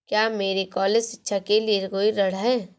क्या मेरे कॉलेज शिक्षा के लिए कोई ऋण है?